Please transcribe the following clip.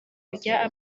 rya